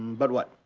but what?